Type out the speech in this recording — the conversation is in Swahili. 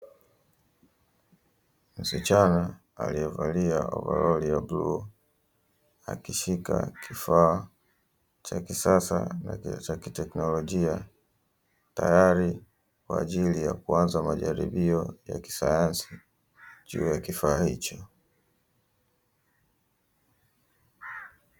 Msichana aliyevalia ovaroli ya bluu, akishika kifaa cha kisasa na cha kiteknolojia tayari kwa ajili ya kuanza majaribio ya kisayansi juu ya kifaa hicho.